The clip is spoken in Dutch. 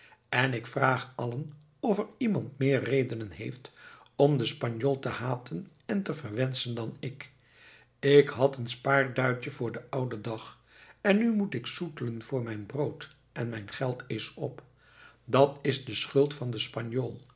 en ik vraag allen of er iemand meer redenen heeft om den spanjool te haten en te verwenschen dan ik ik had een spaarduitje voor den ouden dag en nu moet ik zoetelen voor mijn brood en mijn geld is op dat is de schuld van den spanjool